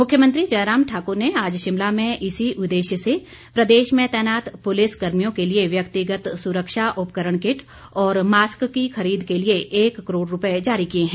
मुख्यमंत्री जयराम ठाकुर ने आज शिमला में इसी उददेश्य से प्रदेश में तैनात पूलिस कर्मियों के लिए व्यक्तिगत सुरक्षा उपकरण किट और मास्क की खरीद के लिए एक करोड़ रूपए जारी किए हैं